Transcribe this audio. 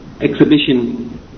exhibition